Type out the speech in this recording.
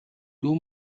дүү